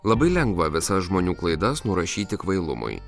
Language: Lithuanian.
labai lengva visas žmonių klaidas nurašyti kvailumui